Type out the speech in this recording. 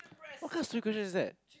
what kind of stupid question is that